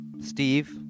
Steve